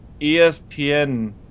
ESPN